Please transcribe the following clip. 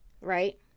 right